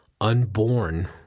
unborn